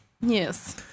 Yes